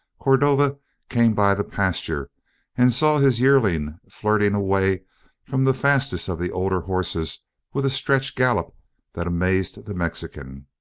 cordova came by the pasture and saw his yearling flirting away from the fastest of the older horses with a stretch gallop that amazed the mexican.